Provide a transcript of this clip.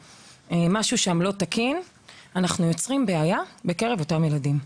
כבעיה, אנחנו יוצרים בעיה בקרב אותם ילדים.